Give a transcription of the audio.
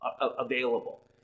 available